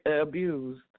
abused